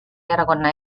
erakonna